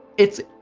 it's,